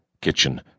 kitchen